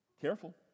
Careful